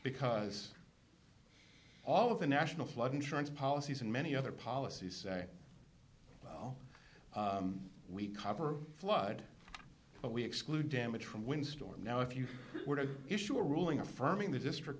because all of the national flood insurance policies and many other policies well we cover flood but we exclude damage from wind storm now if you were to issue a ruling affirming the district